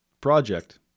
project